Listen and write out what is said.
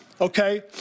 okay